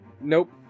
Nope